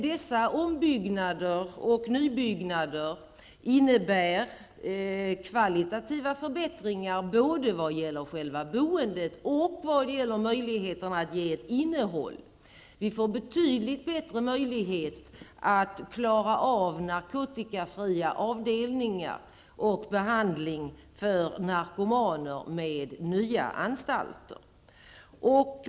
Dessa ombyggnader och nybyggnader innebär kvalitativa förbättringar både vad gäller själva boendet och vad gäller möjligheterna att ge det hela ett innehåll. Vi får betydligt bättre möjligheter att klara av narkotikafria avdelningar och behandling för narkomaner med dessa nya anstalter.